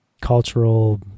cultural